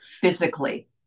physically